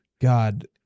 God